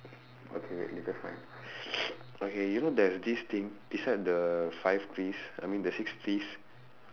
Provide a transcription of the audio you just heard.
okay wait you just find okay you know there is this thing beside the five piece I mean the six piece